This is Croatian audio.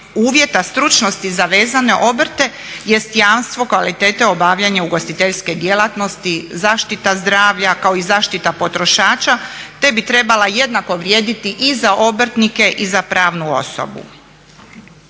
uvjeta stručnosti za vezane obrte jest jamstvo kvalitete obavljanja ugostiteljske djelatnosti, zaštita zdravlja kao i zaštita potrošača te bi trebala jednako vrijediti i za obrtnike i za pravnu osobu.